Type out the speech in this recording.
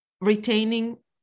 retaining